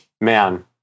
man